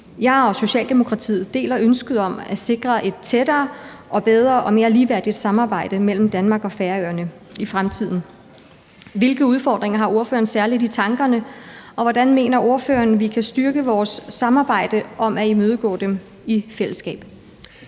Jeg og Socialdemokratiet deler ønsket om at sikre et tættere, bedre og mere ligeværdigt samarbejde mellem Danmark og Færøerne i fremtiden. Hvilke udfordringer har ordføreren særlig i tankerne, og hvordan mener ordføreren vi kan styrke vores samarbejde om at imødegå dem i fællesskab?